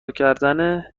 کردن